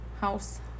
House